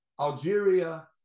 Algeria